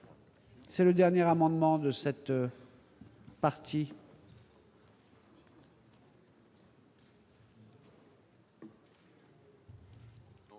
C'est le dernier amendement de cette.